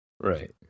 Right